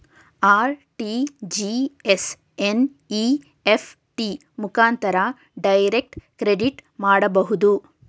RTGS, NEFT ಮುಖಾಂತರ direct credit ಮಾಡಬಹುದು